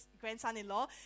grandson-in-law